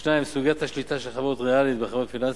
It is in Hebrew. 2. סוגיית השליטה של חברות ריאליות בחברות פיננסיות,